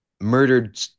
murdered